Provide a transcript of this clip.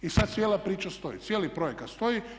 I sad cijela priča stoji, cijeli projekat stoji.